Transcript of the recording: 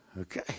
Okay